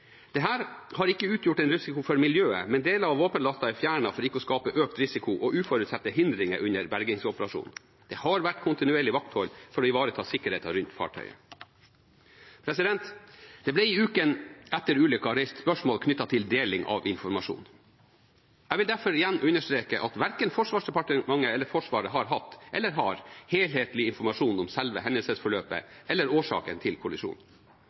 har ikke utgjort en risiko for miljøet, men deler av våpenlasta er fjernet for ikke å skape økt risiko og uforutsette hindringer under bergingsoperasjonen. Det har vært kontinuerlig vakthold for å ivareta sikkerheten rundt fartøyet. Det ble i ukene etter ulykken reist spørsmål knyttet til deling av informasjon. Jeg vil derfor igjen understreke at verken Forsvarsdepartementet eller Forsvaret har hatt, eller har, helhetlig informasjon om selve hendelsesforløpet eller årsaken til